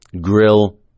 Grill